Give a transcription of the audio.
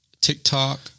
TikTok